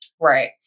right